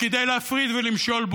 כדי להפריד ולמשול בו.